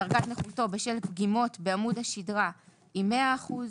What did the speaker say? דרגת נכותו בשל פגימות בעמוד השדרה היא 100 אחוזים.